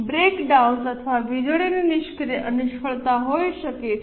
break downs અથવા વીજળી ની નિષ્ફળતા હોઈ શકે છે